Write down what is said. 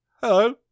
Hello